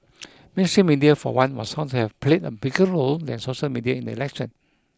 mainstream media for one was found have played a bigger role than social media in the election